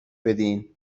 بدین